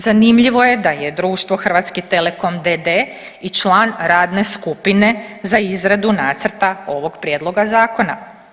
Zanimljivo je da je društvo Hrvatski telekom d.d. i član radne skupine za izradu Nacrta ovog prijedloga zakona.